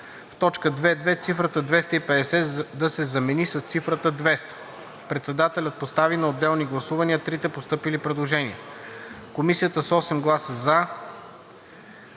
в т. 2.2. цифрата „250“ да се замени с цифрата „200“. Председателят постави на отделни гласувания трите постъпили предложения. Комисията с 8 гласа „за“,